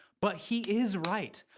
but he is right.